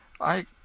I